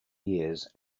years